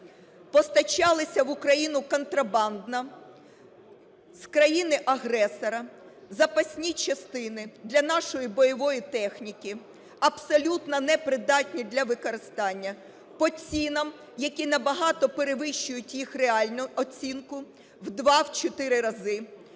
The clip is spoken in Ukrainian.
постачалися в Україну контрабандно з країни-агресора запасні частини для нашої бойової техніки, абсолютно непридатні для використання, по цінам, які набагато перевищують їх реальну оцінку в 2, в 4 рази,